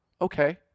okay